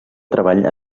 treball